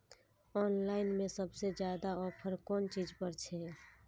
Online में सबसे ज्यादा ऑफर कोन चीज पर छे?